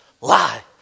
Lie